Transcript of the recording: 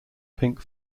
pink